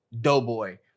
Doughboy